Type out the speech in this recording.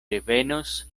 revenos